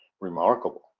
remarkable